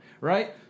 right